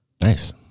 Nice